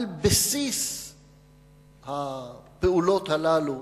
על בסיס הפעולות הללו